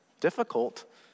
Difficult